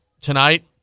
tonight